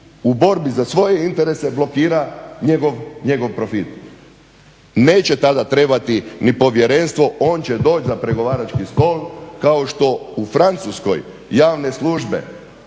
u borbi za svoje interese blokira njegov profit. Neće tada trebati ni povjerenstvo, on će doć za pregovarački stol kao što u Francuskoj javne službe,